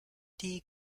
die